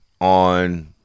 on